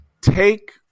take